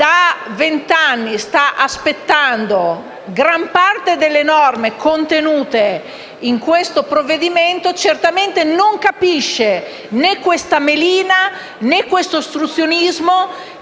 da vent'anni sta aspettando gran parte delle norme contenute nel provvedimento in esame, certamente non capisce né questa melina, né questo ostruzionismo,